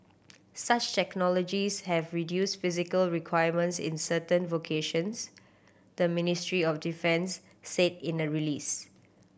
such technologies have reduced physical requirements in certain vocations the Ministry of Defence said in a release